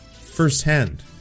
firsthand